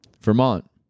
Vermont